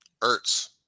Ertz